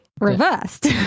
reversed